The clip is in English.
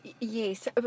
Yes